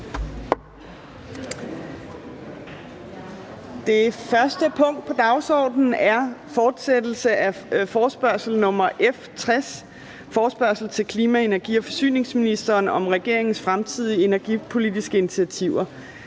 Det første punkt på dagsordenen er: 1) Fortsættelse af forespørgsel nr. F 60 [afstemning]: Forespørgsel til klima-, energi- og forsyningsministeren om regeringens fremtidige energipolitiske initiativer.